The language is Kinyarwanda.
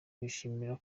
bishimira